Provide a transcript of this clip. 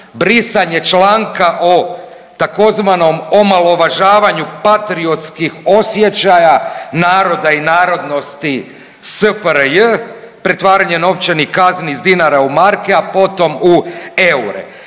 Brisanje članka o tzv. omalovažavanju patriotskih osjećaja naroda i narodnosti SFRJ, pretvaranje novčanih kazni iz dinara u marke, a potom u eure.